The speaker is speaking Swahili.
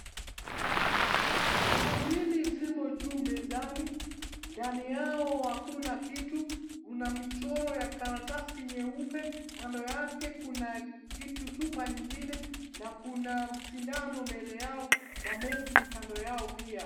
Chupa mbili zimo juu mezani. Ndani yao hakuna kitu. Kuna michoro ya karatasi nyeupe .Kando yake kuna chupa nyingine na kuna sindano mbele yao na (cs)meski(cs) kando yao pia.